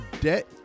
debt